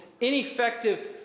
ineffective